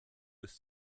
ist